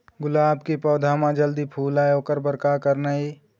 गुलाब के पौधा म जल्दी फूल आय ओकर बर का करना ये?